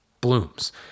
blooms